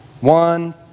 One